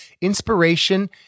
inspiration